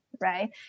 right